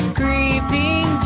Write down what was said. creeping